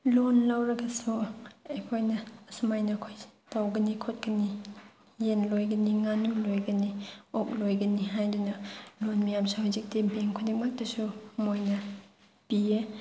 ꯂꯣꯟ ꯂꯧꯔꯒꯁꯨ ꯑꯩꯈꯣꯏꯅ ꯑꯁꯨꯃꯥꯏꯅ ꯑꯩꯈꯣꯏꯁꯤ ꯇꯧꯒꯅꯤ ꯈꯣꯠꯀꯅꯤ ꯌꯦꯟ ꯂꯣꯏꯒꯅꯤ ꯉꯥꯅꯨ ꯂꯣꯏꯒꯅꯤ ꯑꯣꯛ ꯂꯣꯏꯒꯅꯤ ꯍꯥꯏꯗꯨꯅ ꯂꯣꯟ ꯃꯌꯥꯝꯁꯦ ꯍꯧꯖꯤꯛꯇꯤ ꯕꯦꯡꯛ ꯈꯨꯗꯤꯡꯃꯛꯇꯁꯨ ꯃꯣꯏꯅ ꯄꯤꯌꯦ